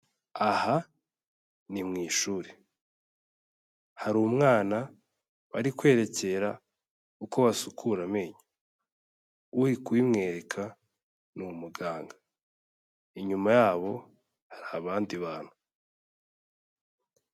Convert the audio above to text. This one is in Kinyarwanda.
Aha ni mu ishuri. Hari umwana bari kwerekera uko wasukura amenyo. Uri kubimwereka ni umuganga. Inyuma yabo hari abandi bantu.